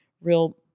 real